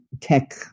tech